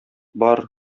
бар